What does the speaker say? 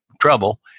trouble